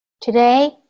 Today